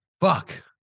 Fuck